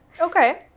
Okay